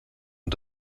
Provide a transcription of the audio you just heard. und